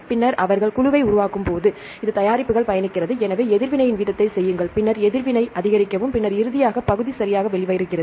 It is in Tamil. பின்னர் அவர்கள் குழுவை உருவாக்கும் போது இது தயாரிப்புகள் பயணிக்கிறது எனவே எதிர்வினையின் வீதத்தைச் செய்யுங்கள் பின்னர் எதிர்வினை அதிகரிக்கவும் பின்னர் இறுதியாக பகுதி சரியாக வெளிவருகிறது